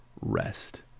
rest